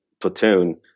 platoon